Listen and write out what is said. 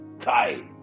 Kai